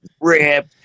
rip